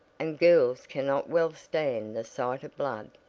and girls cannot well stand the sight of blood.